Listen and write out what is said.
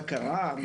האלה.